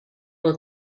will